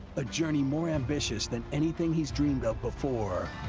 a journey more ambitious than anything he's dreamed of before.